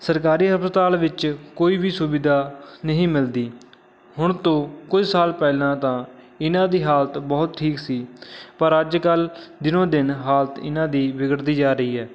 ਸਰਕਾਰੀ ਹਸਪਤਾਲ ਵਿੱਚ ਕੋਈ ਵੀ ਸੁਵਿਧਾ ਨਹੀਂ ਮਿਲਦੀ ਹੁਣ ਤੋਂ ਕੁਝ ਸਾਲ ਪਹਿਲਾਂ ਤਾਂ ਇਹਨਾਂ ਦੀ ਹਾਲਤ ਬਹੁਤ ਠੀਕ ਸੀ ਪਰ ਅੱਜ ਕੱਲ੍ਹ ਦਿਨੋਂ ਦਿਨ ਹਾਲਤ ਇਹਨਾਂ ਦੀ ਵਿਗੜਦੀ ਜਾ ਰਹੀ ਹੈ